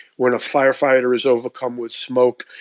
when a firefighter is overcome with smoke,